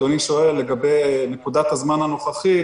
אדוני שואל לגבי נקודת הזמן הנוכחית: